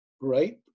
right